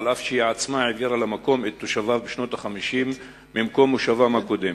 אף שהיא עצמה העבירה למקום את תושביו בשנות ה-50 ממקום מושבם הקודם.